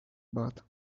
but